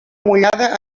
mullada